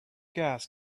gas